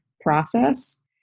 process